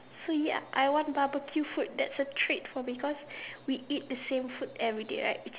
so ya I want barbecue that's a treat for me cause we eat the same food everyday right